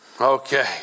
Okay